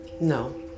No